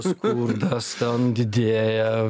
skurdas ten didėja